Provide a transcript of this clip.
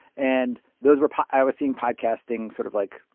and those were i was seeing podcasting sort of, like,